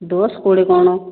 ଦଶ କୋଡ଼ିଏ କ'ଣ